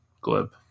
Glib